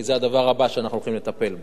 כי זה הדבר הבא שאנחנו הולכים לטפל בו.